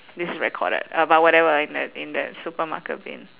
this is recorded uh but whatever in the in the supermarket bin